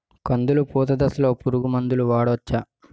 కందులు పూత దశలో పురుగు మందులు వాడవచ్చా?